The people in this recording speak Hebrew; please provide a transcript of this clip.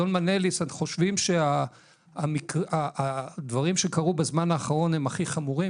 חושבים שהדברים שקרו בזמן האחרון הם הכי חמורים?